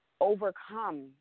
Overcome